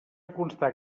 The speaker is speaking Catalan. constar